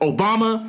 Obama